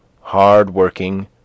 hard-working